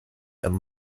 and